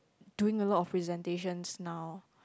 doing a lot of presentations now